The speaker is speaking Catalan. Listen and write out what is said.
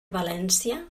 valència